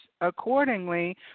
accordingly